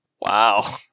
Wow